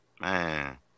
Man